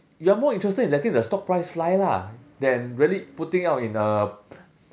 you are more interested in letting the stock price fly lah than really putting out in a